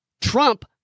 Trump